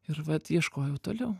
ir vat ieškojau toliau